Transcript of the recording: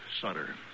Sutter